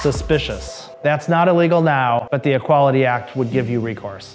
suspicious that's not illegal now but the equality act would give you re